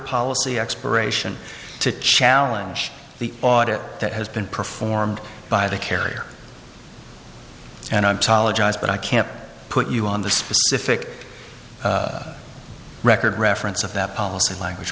policy expiration to challenge the audit that has been performed by the carrier and i'm talaga eyes but i can't put you on the specific record reference of that policy language